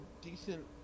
decent